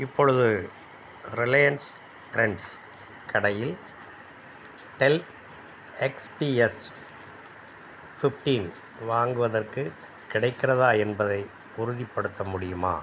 இப்பொழுது Reliance Trends கடையில் Dell XPS fifteen வாங்குவதற்கு கிடைக்கிறதா என்பதை உறுதிப்படுத்த முடியுமா